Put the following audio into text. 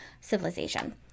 civilization